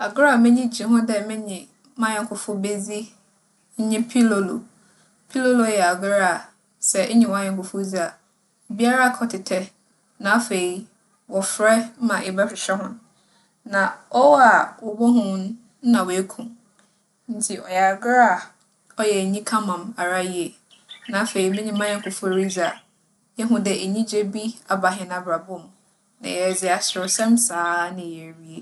Agor a m'enyi gye ho dɛ menye m'anyɛnkofo bedzi nye pilolo. Pilolo yɛ agor a sɛ enye w'anyɛnkofo dzi a, obiara kͻtsetsɛ na afei, wͻfrɛ ma ebͻhwehwɛ hͻn. Na ͻwo a wobohu wo no, nna woeku wo. Ntsi ͻyɛ agor a ͻyɛ enyika ma me ara yie, na afei menye m'anyɛnkofo ridzi a, ihu dɛ enyigye bi aba hɛn abrabͻ mu. Na yɛdze aserewsɛm saa na yewie.